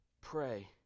Pray